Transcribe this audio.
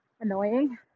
annoying